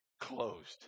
closed